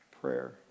prayer